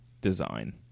design